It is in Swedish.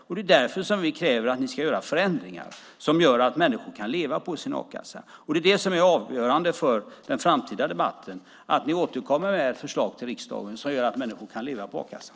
Det är därför som vi kräver att ni ska göra förändringar som gör att människor kan leva på sin a-kassa. Det är avgörande för den framtida debatten att ni återkommer med förslag till riksdagen som gör att människor kan leva på a-kassan.